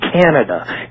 Canada